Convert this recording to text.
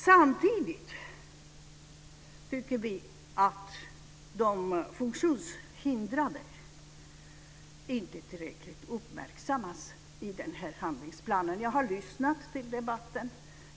Samtidigt tycker vi att de funktionshindrade inte uppmärksammas tillräckligt i den här handlingsplanen. Jag har lyssnat till debatten.